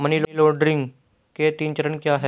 Money laundering के तीन चरण क्या हैं?